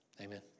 amen